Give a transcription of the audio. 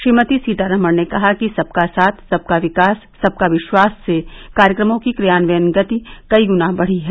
श्रीमती सीतारामण ने कहा कि सबका साथ सबका विकास सबका विश्वास से कार्यक्रमों की क्रियान्वयन गति कई गुना बढ़ी है